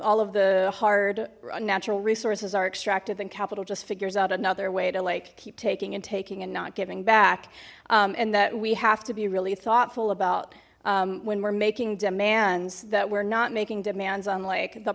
all of the hard natural resources are extracted than capital just figures out another way to like keep taking and taking and not giving back and that we have to be really thoughtful about when we're making demands that we're not making demands on like the